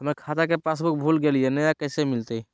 हमर खाता के पासबुक भुला गेलई, नया कैसे मिलतई?